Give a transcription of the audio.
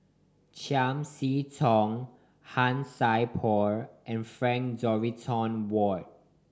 Chiam See Tong Han Sai Por and Frank Dorrington Ward